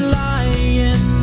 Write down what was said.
lying